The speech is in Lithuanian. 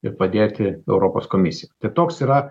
ir padėti europos komisija tai toks yra